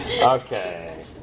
Okay